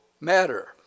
matter